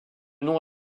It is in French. nom